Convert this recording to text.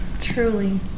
truly